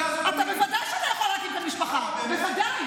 ואינני נזקקת, ועדיין,